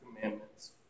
commandments